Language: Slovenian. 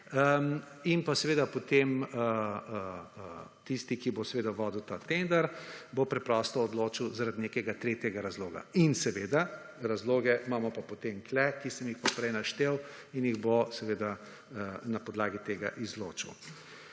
in pa seveda potem tisti, ki bo seveda vodil ta tender, bo preprosto odločil zaradi nekega tretjega razloga. In seveda razloge imamo pa potem tukaj, ki sem jih prej naštel, in jih bo seveda na podlagi tega izločil.